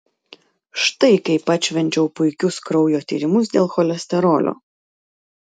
štai kaip atšvenčiau puikius kraujo tyrimus dėl cholesterolio